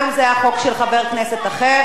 גם אם זה היה החוק של חבר כנסת אחר,